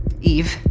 Eve